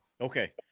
okay